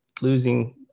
losing